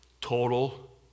Total